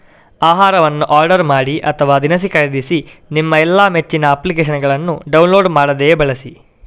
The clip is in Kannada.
ಆಹಾರವನ್ನು ಆರ್ಡರ್ ಮಾಡಿ ಅಥವಾ ದಿನಸಿ ಖರೀದಿಸಿ ನಿಮ್ಮ ಎಲ್ಲಾ ಮೆಚ್ಚಿನ ಅಪ್ಲಿಕೇಶನ್ನುಗಳನ್ನು ಡೌನ್ಲೋಡ್ ಮಾಡದೆಯೇ ಬಳಸಿ